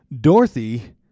Dorothy